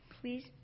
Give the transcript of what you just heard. please